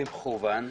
במכוון,